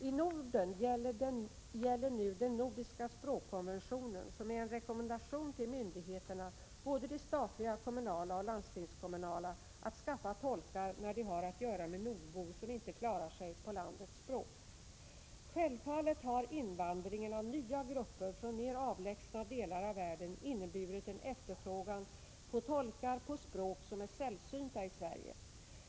I Norden gäller nu den nordiska språkkonventionen, som är en rekommendation till myndigheterna — både de statliga, kommunala och landstingskommunala — att skaffa tolkar när de har att göra med nordbor som inte klarar sig på landets språk. Självfallet har invandringen av nya grupper från mera avlägsna delar av världen inneburit en efterfrågan på tolkar på språk som är sällsynta i Sverige.